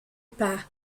pat